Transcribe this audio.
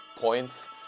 points